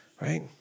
right